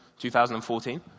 2014